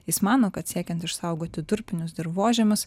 jis mano kad siekiant išsaugoti durpinius dirvožemius